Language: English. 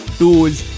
tools